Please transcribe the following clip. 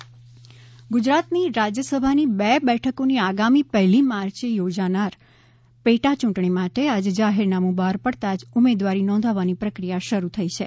રાજયસભા ચૂંટણી ગુજરાતની રાજયસભાની બે બેઠકોની આગામી પહેલી માર્ચે યોજાનારી પેટા યૂંટણી માટે આજે જાહેરનામુ બહાર પડતાં જ ઉમેદવારી નોંધાવવાની પ્રક્રિયા શરૂ થઈ છે